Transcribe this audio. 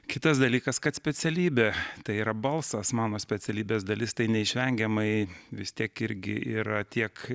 kitas dalykas kad specialybė tai yra balsas mano specialybės dalis tai neišvengiamai vis tiek irgi yra tiek